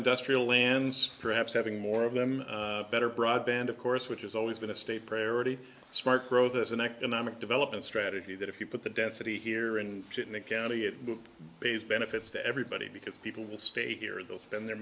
industrial lands perhaps having more of them better broadband of course which is always been a state priority smart growth as an economic development strategy that if you put the density here in sydney county it pays benefits to everybody because people will stay here they'll spend their